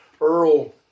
Earl